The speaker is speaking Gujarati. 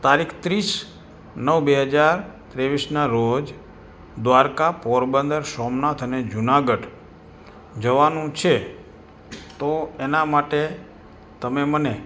તારીખ ત્રીસ નવ બે હજાર ત્રેવીસના રોજ દ્વારકા પોરબંદર સોમનાથ અને જુનાગઢ જવાનું છે તો એના માટે તમે મને